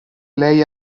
lei